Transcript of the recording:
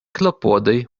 klopodoj